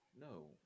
No